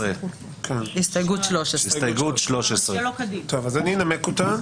13. אני אנמק אותה,